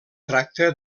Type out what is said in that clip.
tracta